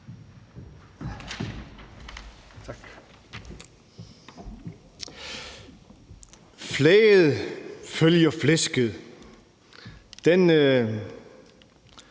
Flaget følger flæsket.